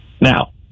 now